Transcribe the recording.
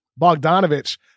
Bogdanovich